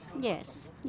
Yes